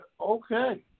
Okay